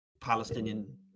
Palestinian